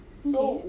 okay